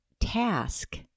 task